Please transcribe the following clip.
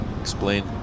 explain